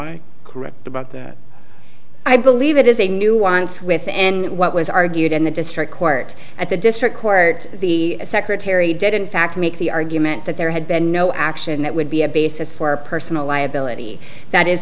my correct about that i believe it is a nuance with and what was argued in the district court at the district court the secretary did in fact make the argument that there had been no action that would be a basis for personal liability that is